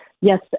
Yes